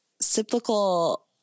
cyclical